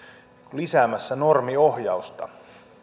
lisäämässä normiohjausta